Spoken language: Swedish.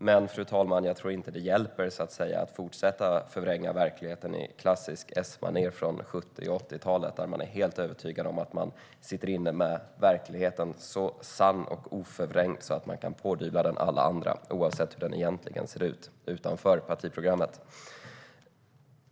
Men, fru talman, jag tror inte att det hjälper att fortsätta förvränga verkligheten på klassiskt S-manér från 70 och 80-talen, där man är helt övertygad om att man sitter inne med verkligheten, så sann och oförvrängd att man kan pådyvla alla andra den oavsett hur den egentligen ser ut utanför partiprogrammet.